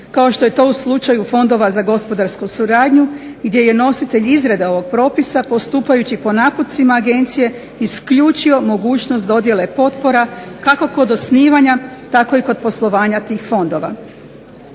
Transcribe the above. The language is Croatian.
kao što je to u slučaju fondova za gospodarsku suradnju gdje je nositelj izrade ovog propisa postupajući po naputcima agencije isključio mogućnost dodjele potpore kako kod osnivanja tako i kod poslovanja tih fondova.